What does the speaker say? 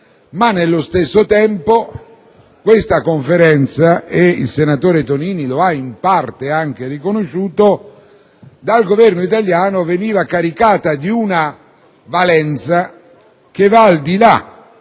ma nello stesso tempo questa Conferenza - e il senatore Tonini lo ha in parte riconosciuto - dal Governo italiano veniva caricata di una valenza che va al di là